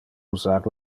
usar